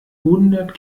hundert